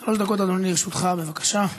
שלוש דקות לרשותך, אדוני, בבקשה.